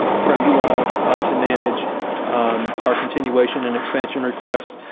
ah from you all to manage our continuation and expansion request.